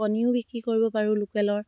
কণীও বিক্ৰী কৰিব পাৰোঁ লোকেলৰ